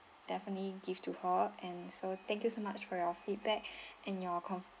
definitely give to her and so thank you so much for your feedback and your com~